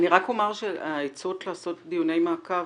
אני רק אומר שהעצות לעשות דיוני מעקב,